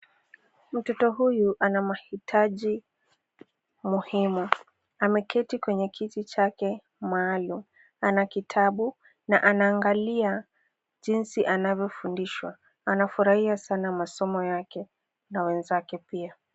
Mtoto huyu ana mahitaji muhimu, ameketi kwenye kiti chake maalum. Ana kitabu na anaangalia jinsi anavyofundishwa. Anafurahia sana masomo yake na wenzake pia.